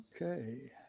okay